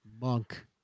monk